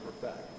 perfect